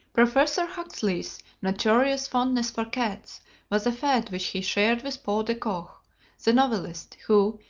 professor huxley's notorious fondness for cats was a fad which he shared with paul de koch, the novelist, who,